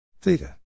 theta